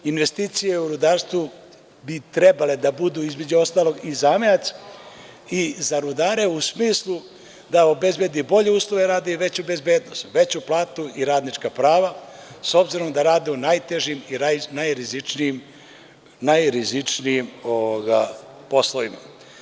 Investicije u rudarstvu bi trebale između ostalog da budu i zamajac za rudare u smislu da obezbedi bolje uslove i veću bezbednost, veću platu i radnička prava s obzirom da rade na najtežim i najrizičnijim poslovima.